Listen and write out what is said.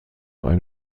ein